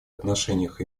отношениях